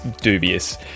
Dubious